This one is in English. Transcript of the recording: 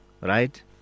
right